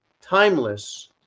timeless